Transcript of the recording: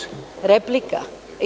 Replika.